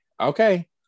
okay